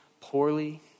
poorly